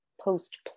post